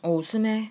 oh 是 meh